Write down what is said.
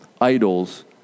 idols